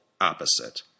opposite